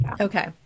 Okay